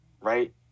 right